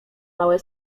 małe